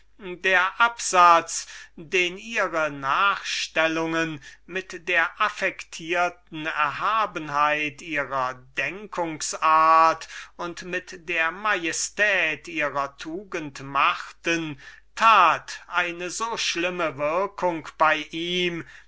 der absatz den ihre zuletzt bis zur unanständigkeit getriebene nachstellungen mit der affektierten erhabenheit ihrer denkungs-art und mit der majestät ihrer tugend machten tat eine so schlimme würkung bei ihm